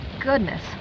goodness